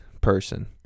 person